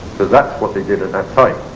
because that's what they did at that time.